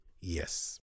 Yes